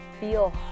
feel